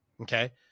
Okay